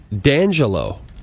D'Angelo